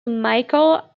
michael